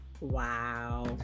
Wow